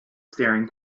staring